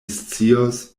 scios